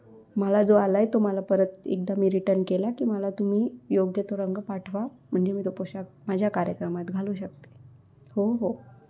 मला जो आला आहे तो मला परत एकदा मी रिटर्न केला की मला तुम्ही योग्य तो रंग पाठवा म्हणजे मी तो पोशाख माझ्या कार्यक्रमात घालू शकते हो हो